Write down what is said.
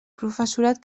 professorat